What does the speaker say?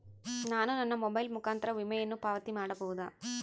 ನಾನು ನನ್ನ ಮೊಬೈಲ್ ಮುಖಾಂತರ ವಿಮೆಯನ್ನು ಪಾವತಿ ಮಾಡಬಹುದಾ?